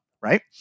right